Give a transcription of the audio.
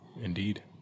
Indeed